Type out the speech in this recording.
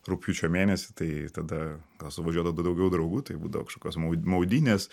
rugpjūčio mėnesį tai tada gal suvažiuodavo daugiau draugų tai būdavo kažkokios maudynės